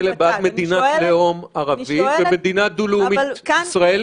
כי יש כאלה בעד מדינת לאום ערבית ובעד מדינה דו-לאומית ישראלית.